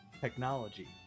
technology